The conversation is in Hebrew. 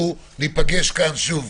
אנחנו ניפגש כאן שוב,